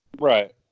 right